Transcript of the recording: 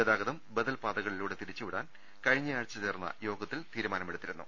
ഗതാഗതം ബദൽ പാത കളിലൂടെ തിരിച്ചുവിടാൻ കഴിഞ്ഞ ആഴ്ച ചേർന്ന യോഗ ത്തിൽ തീരുമാനം എടുത്തിരുന്നു